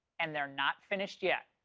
and they're not finished yet.